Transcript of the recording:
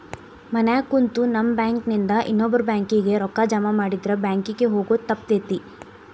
ಮನ್ಯಾಗ ಕುಂತು ನಮ್ ಬ್ಯಾಂಕ್ ನಿಂದಾ ಇನ್ನೊಬ್ಬ್ರ ಬ್ಯಾಂಕ್ ಕಿಗೆ ರೂಕ್ಕಾ ಜಮಾಮಾಡಿದ್ರ ಬ್ಯಾಂಕ್ ಕಿಗೆ ಹೊಗೊದ್ ತಪ್ತೆತಿ